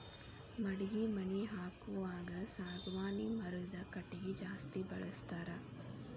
ಮಡಗಿ ಮನಿ ಹಾಕುವಾಗ ಸಾಗವಾನಿ ಮರದ ಕಟಗಿ ಜಾಸ್ತಿ ಬಳಸ್ತಾರ